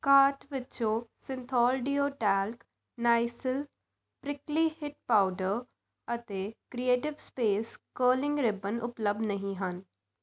cart ਵਿੱਚੋਂ Cinthol deo talc Nycil prickly heat powder ਅਤੇ creative space curling ribbon ਉਪਲਬਧ ਨਹੀਂ ਹਨ